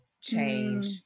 change